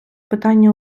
питання